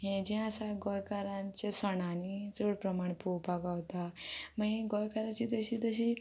हें जें आसा गोंयकारांचे सणांनी चड प्रमाण पोवपा गावता माई गोंयकाराची तशी तशी